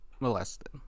Molested